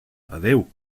adéu